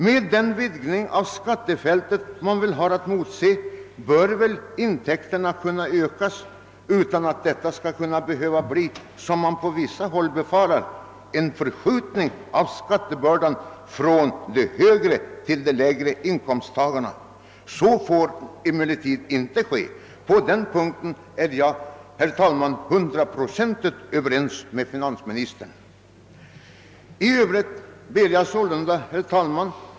Med den vidgning av skattefältet vi har att emotse bör emellertid intäkterna kunna ökas utan att det — som man befarar på vissa håll — behöver bli någon förskjutning av skattebördan från de högre till de lägre inkomsttagarna. Det får helt enkelt inte ske; på den punkten är jag hundraprocentigt ense med finansministern. Herr talman!